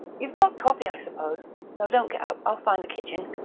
you've got coffee, i suppose no, don't get up i'll find the kitchen